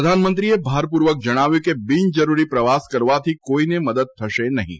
પ્રધાનમંત્રીએ ભારપૂર્વક જણાવ્યું છે કે બિનજરૂરી પ્રવાસ કરવાથી કોઇને મદદ થશે નહીં